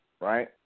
right